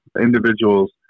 individuals